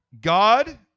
God